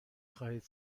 خواهید